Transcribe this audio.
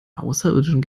außerirdischen